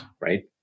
right